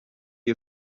ihr